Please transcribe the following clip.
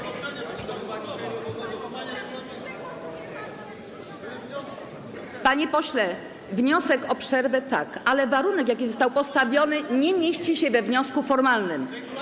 Panie pośle, wniosek o przerwę - tak, ale warunek, jaki został postawiony, nie mieści się we wniosku formalnym.